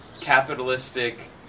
capitalistic